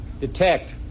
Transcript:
detect